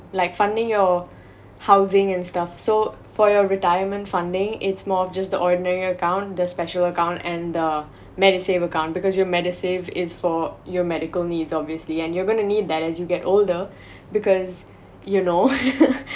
like funding your housing and stuff so for your retirement funding it's more of just the ordinary account the special account and the medisave account because your medisave is for your medical needs obviously and you're going to need that as you get older because you know